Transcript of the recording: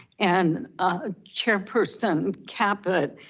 and ah chairperson caput,